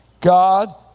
God